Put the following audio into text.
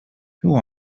who